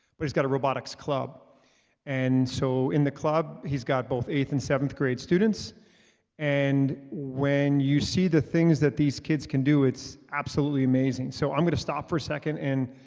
but he's got a robotics club and so in the club, he's got both eighth and seventh grade students and when you see the things that these kids can do it's absolutely amazing. so i'm gonna stop for a second and